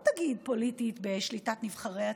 לא תגיד פוליטית בשליטת נבחרי הציבור,